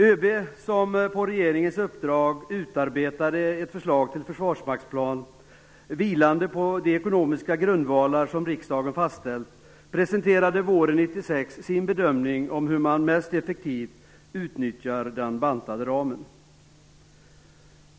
ÖB, som på regeringens uppdrag utarbetade ett förslag till försvarsmaktsplan vilande på de ekonomiska grundvalar som riskdagen fastställt, presenterade våren 1996 sin bedömning av hur man mest effektivt utnyttjar den bantade ramen.